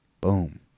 Boom